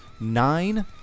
nine